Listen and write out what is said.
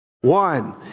One